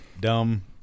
Dumb